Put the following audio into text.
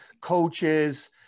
coaches